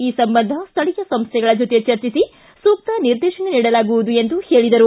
ಈ ಸಂಬಂಧ ಸ್ವಳೀಯ ಸಂಸ್ವೆಗಳ ಜೊತೆ ಚರ್ಚಿಸಿ ಸೂಕ್ತ ನಿರ್ದೇಶನ ನೀಡಲಾಗುವುದು ಎಂದು ಹೇಳಿದರು